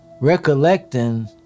recollecting